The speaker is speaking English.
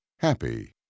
Happy